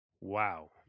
Wow